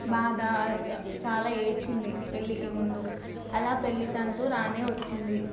బాధ చాలా ఏడ్చింది పెళ్ళికి ముందు అలా పెళ్ళి తంతు రానే వచ్చింది